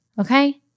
Okay